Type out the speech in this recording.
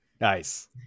Nice